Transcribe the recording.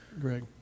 Greg